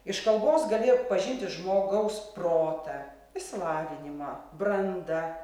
iš kalbos gali pažinti žmogaus protą išsilavinimą brandą